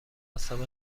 قسم